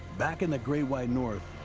back in the great white north,